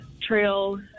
trail